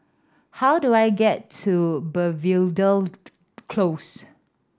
how do I get to Belvedere Close